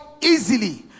easily